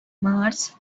mars